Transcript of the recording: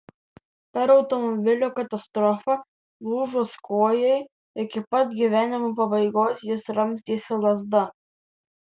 per automobilio katastrofą lūžus kojai iki pat gyvenimo pabaigos jis ramstėsi lazda